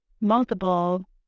multiple